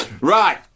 Right